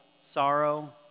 sorrow